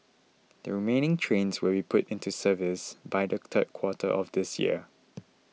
the remaining trains will be put into service by the third quarter of this year